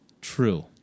true